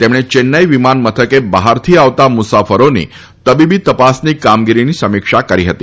તેમણે ચેન્નાઇ વિમાન મથકે બહારથી આવતાં મુસાફરોની તબીબી તપાસની કામગીરીની સમીક્ષા કરી હતી